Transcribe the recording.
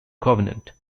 covenant